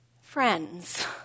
friends